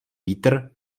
vítr